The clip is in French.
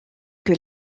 que